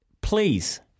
Please